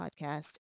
podcast